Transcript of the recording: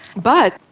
but,